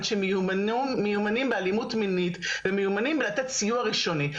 שמיומנים באלימות מינית ומיומנים בלתת סיוע ראשוני.